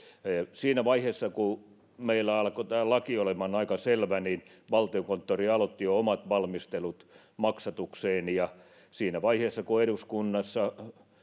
siinä vaiheessa kun meillä alkoi tämä laki olemaan aika selvä niin valtiokonttori jo aloitti omat valmistelut maksatukseen siinä vaiheessa kun eduskunnassa